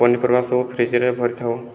ପନିପରିବା ସବୁ ଫ୍ରିଜ୍ରେ ଭରିଥାଉ